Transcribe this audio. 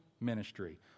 ministry